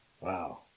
Wow